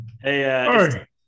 hey